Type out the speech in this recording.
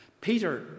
Peter